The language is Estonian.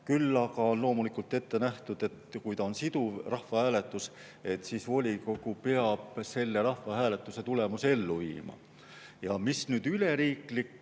Küll aga on loomulikult ette nähtud, et kui on siduv rahvahääletus, siis volikogu peab selle rahvahääletuse tulemuse ellu viima. Mis üleriiklikku